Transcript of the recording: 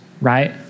right